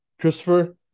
christopher